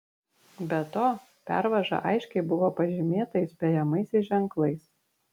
be to pervaža aiškiai buvo pažymėta įspėjamaisiais ženklais